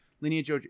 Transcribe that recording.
lineage